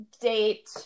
date